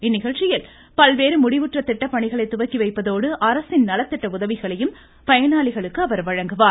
இந்நிகழ்ச்சிகளில் பல்வேறு முடிவுற்ற திட்டபணிகளை துவக்கி வைப்பதோடு அரசின் நலத்திட்ட உதவிகளையும் பயனாளிகளுக்கு அவர் வழங்க உள்ளார்